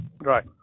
Right